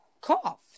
cough